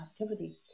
activity